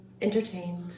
entertained